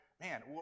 man